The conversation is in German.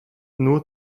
nur